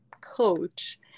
coach